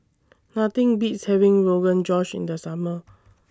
Nothing Beats having Rogan Josh in The Summer